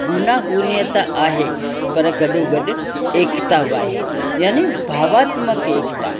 गूना गूनियत आहे पर गॾो गॾु एकता बि आहे यानी भावात्मक एकता